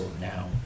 now